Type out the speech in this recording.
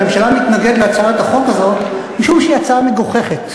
הממשלה מתנגד להצעת החוק הזו משום שהיא הצעה מגוחכת,